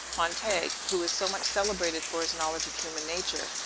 montague, who is so much celebrated for his knowledge of human nature,